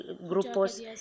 grupos